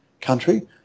country